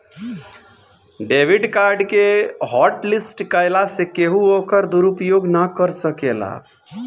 debit card के hotlist कईला से केहू ओकर दुरूपयोग ना कर सकेला